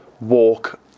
walk